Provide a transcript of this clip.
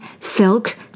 silk